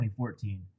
2014